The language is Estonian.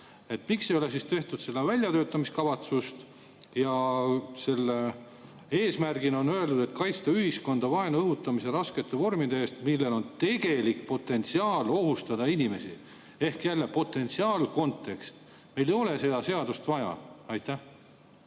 Miks ei ole siis tehtud väljatöötamiskavatsust? On öeldud, et selle [eelnõu] eesmärk on kaitsta ühiskonda vaenu õhutamise raskete vormide eest, millel on tegelik potentsiaal ohustada inimesi – jälle potentsiaal, kontekst. Meil ei ole seda seadust vaja. Aitäh!